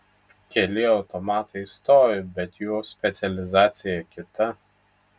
keli automatai stovi bet jų specializacija kita